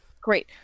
Great